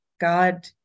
God